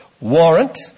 warrant